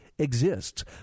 exists